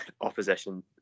opposition